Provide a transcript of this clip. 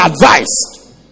advised